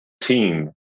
team